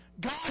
God